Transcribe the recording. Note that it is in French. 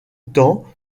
temps